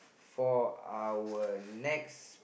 for our next